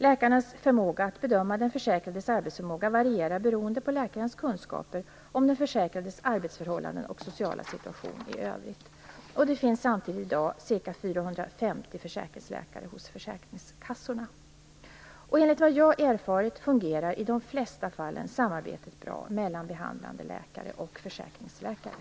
Läkarnas förmåga att bedöma den försäkrades arbetsförmåga varierar beroende på läkarens kunskaper om den försäkrades arbetsförhållanden och sociala situation i övrigt. Det finns samtidigt i dag ca 450 försäkringsläkare hos försäkringskassorna. Enligt vad jag har erfarit fungerar i de flesta fallen samarbetet bra mellan behandlande läkare och försäkringsläkare.